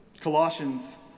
Colossians